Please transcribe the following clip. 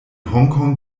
hongkong